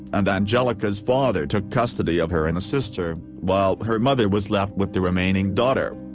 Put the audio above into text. and anjelica's father took custody of her and a sister, while her mother was left with the remaining daughter.